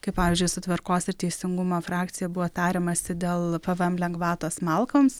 kaip pavyzdžiui su tvarkos ir teisingumo frakcija buvo tariamasi dėl pvm lengvatos malkoms